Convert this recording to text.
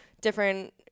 different